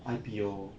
I_P_O